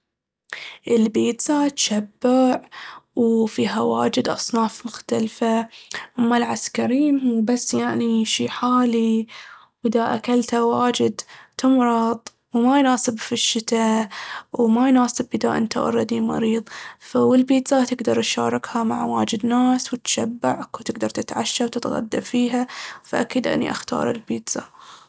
البيتزا تشبع وفيها واجد أصناف مختلفة، أما العسكريم بس يعني شي حالي وإذا أكلته واجد تمرض. وما يناسب في الشتا وما يناسب إذا أنت أولردي مريض. والبيتزا تقدر تشاركها مع واجد ناس وتشبعك وتقدر تتعشى وتتغدى فيها، فأكيد أني أختار البيتزا.